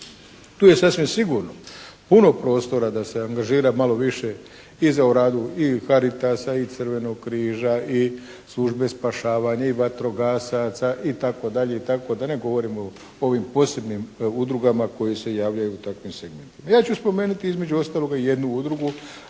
Tu je sasvim sigurno puno prostora da se angažira malo više i za u radu i Caritasa i Crvenog križa i Službe spašavanja i vatrogasaca, itd., itd., da ne govorimo o ovim posebnim udrugama koje se javljaju u takvim segmentima. Ja ću spomenuti između ostaloga i jednu udrugu